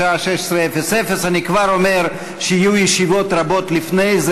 בשעה 16:00. אני כבר אומר שיהיו ישיבות רבות לפני